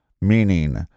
Meaning